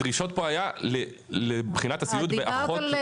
הדרישות פה היו לבחינת הסיעוד באחות --- דיברת על